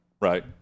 right